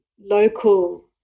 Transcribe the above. local